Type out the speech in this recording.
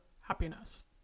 happiness